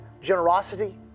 Generosity